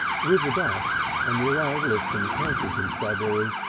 with the dusk and the arrival of some county constabulary,